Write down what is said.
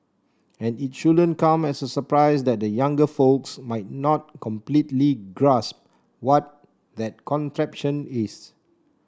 and it shouldn't come as a surprise that the younger folks might not completely grasp what that contraption is